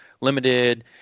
limited